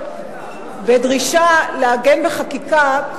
בדרישה לעגן בחקיקה,